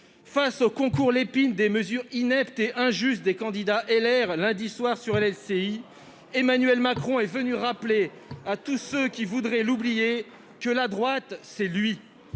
Face au concours Lépine des mesures ineptes et injustes proposées par les candidats LR lundi soir sur LCI, Emmanuel Macron est venu rappeler à tous ceux qui voudraient l'oublier que la droite, c'est lui